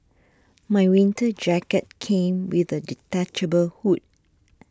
my winter jacket came with a detachable hood